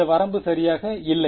இந்த வரம்பு சரியாக இல்லை